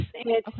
Okay